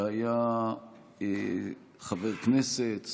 שהיה חבר כנסת,